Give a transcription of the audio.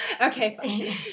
okay